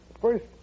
first